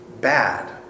bad